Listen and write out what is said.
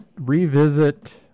revisit